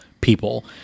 people